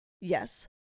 yes